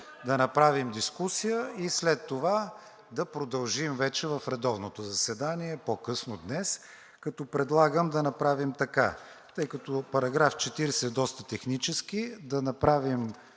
да направим дискусия и след това да продължим вече в редовното заседание по-късно днес. Предлагам да направим така. Тъй като § 40 е доста технически, първо